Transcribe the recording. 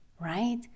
right